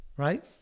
Right